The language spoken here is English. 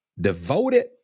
devoted